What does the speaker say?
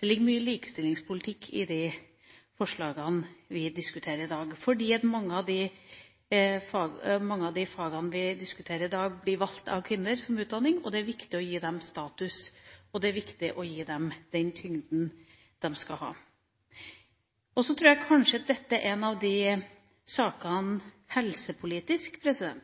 Det ligger mye likestillingspolitikk i de forslagene vi diskuterer i dag, fordi mange av de fagene vi diskuterer i dag, blir valgt av kvinner som utdanning. Det er viktig å gi dem status, og det er viktig å gi dem den tyngden de skal ha. Så tror jeg at helsepolitisk er dette en av de sakene